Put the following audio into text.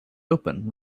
open